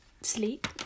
sleep